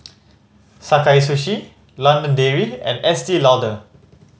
Sakae Sushi London Dairy and Estee Lauder